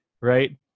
right